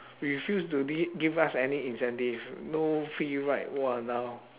refuse to give us any incentive no free ride !walao!